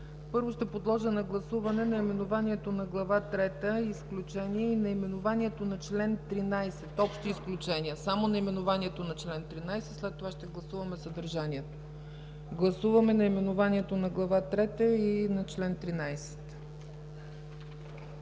Първо ще подложа на гласуване наименованието на Глава трета – „Изключения”, и наименованието на чл. 13 – „Общи изключения”. Само наименованието на чл. 13, след това ще гласуваме съдържанието. Гласуваме наименованието на Глава трета и на чл. 13.